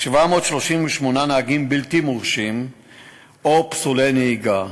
738 נהגים בלתי מורשים או פסולי נהיגה,